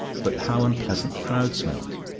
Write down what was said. but how unpleasant the crowd smelt!